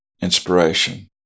inspiration